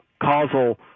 causal